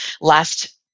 last